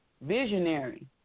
visionary